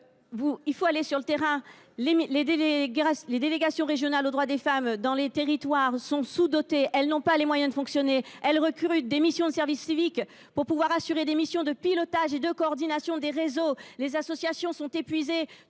Dans les territoires, les délégations régionales aux droits des femmes sont sous dotées et n’ont pas les moyens de fonctionner. Elles recrutent des jeunes en service civique pour pouvoir assurer des missions de pilotage et de coordination des réseaux. Les associations sont épuisées.